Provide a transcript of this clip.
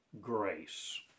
grace